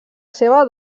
seva